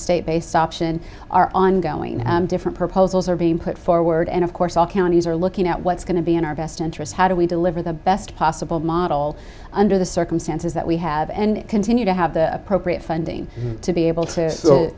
state based option are ongoing and different proposals are being put forward and of course all counties are looking at what's going to be in our best interest how do we deliver the best possible model under the circumstances that we have and continue to have the appropriate funding to be able to so